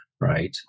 right